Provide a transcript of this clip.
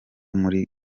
muri